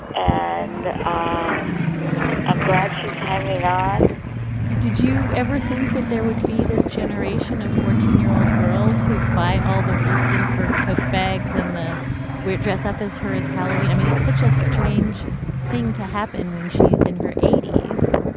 and ah i'm glad she's hanging on did you ever think that there would be this generation of fourteen year old girls who, by all the ruth ginsburg, took bags and the wet dress up as her as halloween? i mean, it's such a strange thing to happen when she's in her eighty point